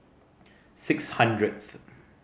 six hundredth